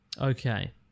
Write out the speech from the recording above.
Okay